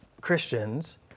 Christians